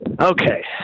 okay